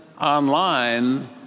online